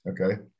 Okay